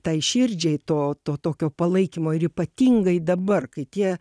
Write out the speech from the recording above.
tai širdžiai to to tokio palaikymo ir ypatingai dabar kai tie